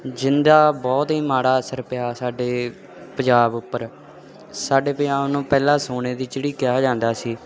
ਜਿਹਦਾ ਬਹੁਤ ਹੀ ਮਾੜਾ ਅਸਰ ਪਿਆ ਸਾਡੇ ਪੰਜਾਬ ਉੱਪਰ ਸਾਡੇ ਪੰਜਾਬ ਨੂੰ ਪਹਿਲਾਂ ਸੋਨੇ ਦੀ ਚਿੜੀ ਕਿਹਾ ਜਾਂਦਾ ਸੀ